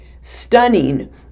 stunning